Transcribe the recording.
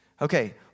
Okay